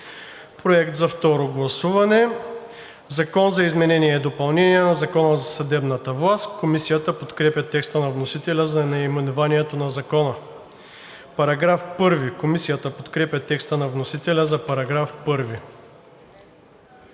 Проект за второ гласуване.“ „Закон за изменение и допълнение на Закона за съдебната власт (обн., ДВ, бр….)“. Комисията подкрепя текста на вносителя за наименованието на Закона. Комисията подкрепя текста на вносителя за § 1.